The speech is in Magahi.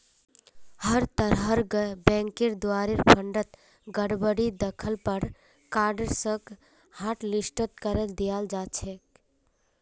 हर तरहर बैंकेर द्वारे फंडत गडबडी दख ल पर कार्डसक हाटलिस्ट करे दियाल जा छेक